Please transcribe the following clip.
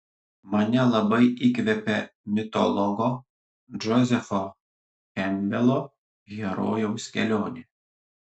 mane labai įkvepia mitologo džozefo kempbelo herojaus kelionė